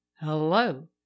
Hello